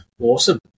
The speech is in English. Awesome